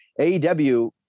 AEW